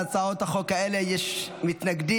להצעות החוק האלה יש מתנגדים.